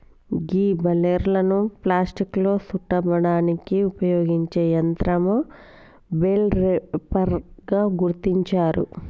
గీ బలేర్లను ప్లాస్టిక్లో సుట్టడానికి ఉపయోగించే యంత్రం బెల్ రేపర్ గా గుర్తించారు